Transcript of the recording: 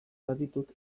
baditut